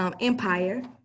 Empire